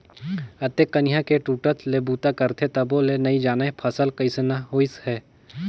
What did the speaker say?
अतेक कनिहा के टूटट ले बूता करथे तभो ले नइ जानय फसल कइसना होइस है